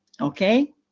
okay